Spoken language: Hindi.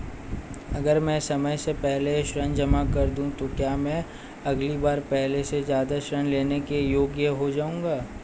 अगर मैं समय से पहले ऋण जमा कर दूं तो क्या मैं अगली बार पहले से ज़्यादा ऋण लेने के योग्य हो जाऊँगा?